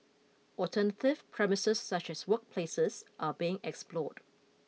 alternative premises such as workplaces are being explored